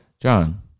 John